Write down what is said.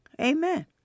Amen